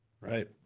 Right